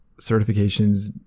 certifications